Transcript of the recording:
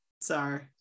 Sorry